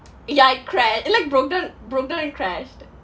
ya it crash it like broke down broke down and crashed